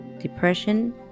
Depression